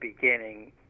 beginning